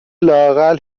لااقل